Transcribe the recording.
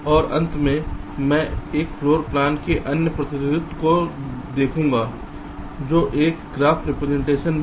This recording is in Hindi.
और अंत में मैं एक फ्लोर प्लान के अन्य प्रतिनिधित्व को देखूंगा जो एक ग्राफ रिप्रेजेंटेशन भी है